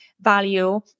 value